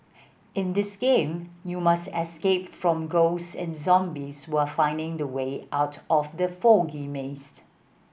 in this game you must escape from ghosts and zombies while finding the way out of the foggy maze